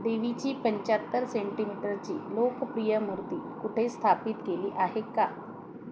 देवीची पंच्याहत्तर सेंटीमीटरची लोकप्रिय मूर्ती कुठे स्थापित केली आहे का